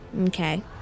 Okay